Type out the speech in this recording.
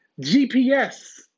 gps